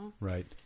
Right